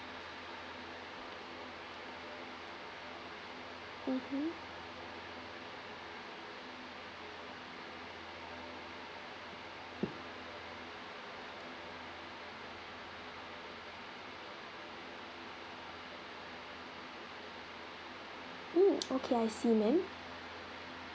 mmhmm mm okay I see ma'am